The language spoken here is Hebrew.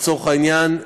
לצורך העניין,